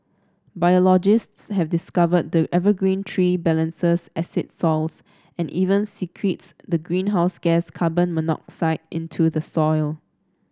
biologists have discovered the evergreen tree balances soils and even secretes the greenhouse gas carbon monoxide into the soil